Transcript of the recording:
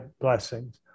blessings